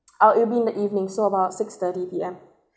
uh it will be at evening so about six-thirty P_M